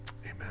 amen